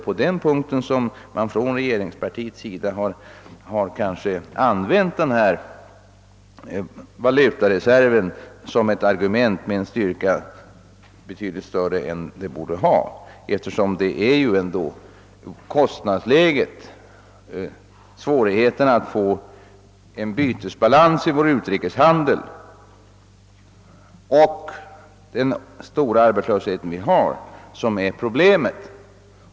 På den punkten har väl ändå regeringspartiet använt förekomsten av en stor valutareserv som ett argument, vilket tillmätts större värde än som var berättigat. Det är dock kostnadsläget, svårigheten att få en balans i vår utrikeshandel och den stora arbetslösheten som är de svåra problemen.